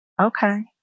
Okay